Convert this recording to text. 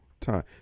time